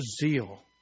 zeal